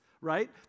right